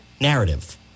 narrative